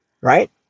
Right